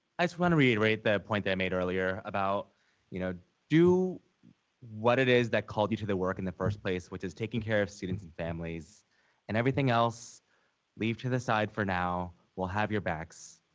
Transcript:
i just want to reiterate that point that i made earlier about you know do what it is that called you to the work in the first place. which is taking care of students and families and everything else leave to the side for now, we'll have your backs.